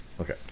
Okay